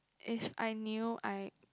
if I knew I